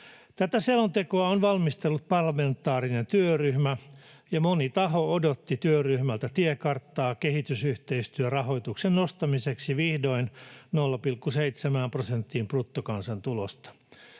Tätä selontekoa on valmistellut parlamentaarinen työryhmä, ja moni taho odotti työryhmältä tiekarttaa kehitysyhteistyörahoituksen nostamiseksi vihdoin 0,7 prosenttiin bruttokansantulosta.